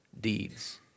deeds